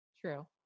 True